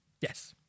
Yes